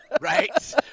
Right